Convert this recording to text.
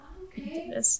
Okay